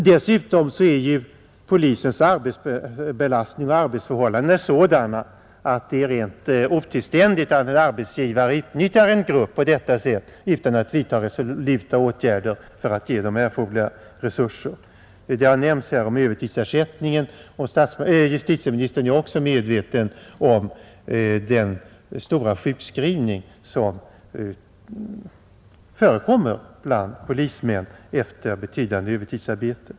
Dessutom är polisens arbetsbelastning och arbetsförhållanden sådana att det är rent otillständigt att en arbetsgivare utnyttjar en grupp på detta sätt utan att vidta resoluta åtgärder för att ge den erforderliga resurser. Det har talats här om övertidsarbetet, och justitieministern är också medveten om den stora sjukskrivning som förekommer bland polismännen efter betydande övertidsarbete.